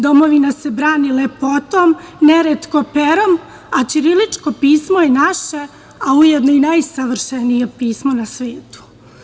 Domovina se brani lepotom, neretko perom, a ćiriličko pismo je naše, a ujedno i najsavršenije pismo na svetu.